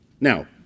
Now